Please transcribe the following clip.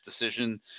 decision